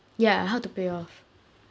ya how to pay off